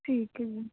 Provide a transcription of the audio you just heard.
ਠੀਕ ਹੈ ਜੀ